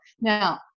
Now